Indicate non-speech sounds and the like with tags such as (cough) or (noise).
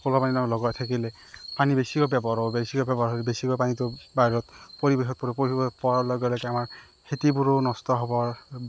(unintelligible) লগাই থাকিলে পানী বেছিকৈ ব্যৱহাৰ হয় বেছিকৈ ব্যৱহাৰ হ'লে বেছিকৈ পানীটো বাহিৰত পৰিৱেশৰ ওপৰত প্ৰভাৱ পৰাৰ লগে লগে আমাৰ খেতিবোৰো নষ্ট হ'ব